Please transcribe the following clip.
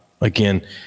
again